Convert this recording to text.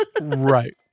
Right